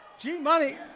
G-Money